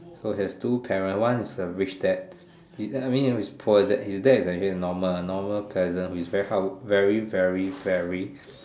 so he has two parents one is err rich dad I mean is a poor dad his dad is actually normal one normal present who is very hardworking very very very